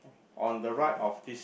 on the right of this